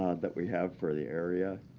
ah that we have for the area.